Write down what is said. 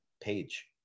page